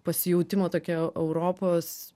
pasijautimo tokia europos